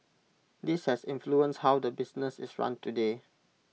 this has influenced how the business is run today